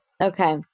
Okay